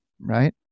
right